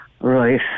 Right